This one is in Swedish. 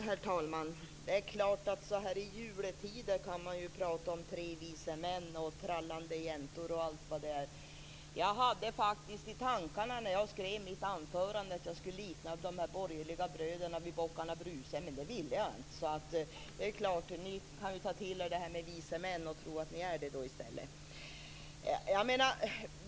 Herr talman! Det är klart att så här i juletider kan man ju tala om tre vise män, trallande jäntor och allt vad det är. Jag hade faktiskt i tankarna när jag skrev mitt anförande att jag skulle likna de borgerliga bröderna vid Bockarna Bruse, men det ville jag inte. Ni kan ju ta till er detta med tre vise män och tro att ni är det i stället.